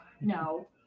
No